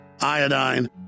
iodine